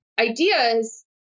ideas